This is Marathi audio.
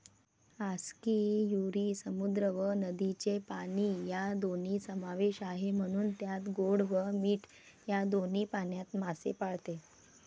आस्कियुरी समुद्र व नदीचे पाणी या दोन्ही समावेश आहे, म्हणून त्यात गोड व मीठ या दोन्ही पाण्यात मासे पाळते